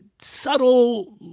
subtle